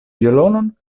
violonon